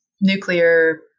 nuclear